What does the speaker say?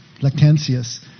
Lactantius